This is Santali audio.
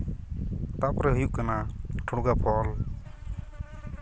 ᱛᱟᱨᱯᱚᱨᱮ ᱦᱩᱭᱩᱜ ᱠᱟᱱᱟ ᱴᱷᱩᱲᱜᱟ ᱯᱷᱚᱞ